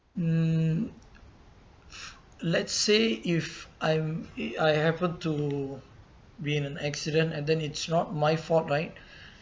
mm let's say if I'm I happened to be in an accident and then it's not my fault right